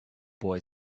boy